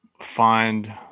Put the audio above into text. find